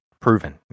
proven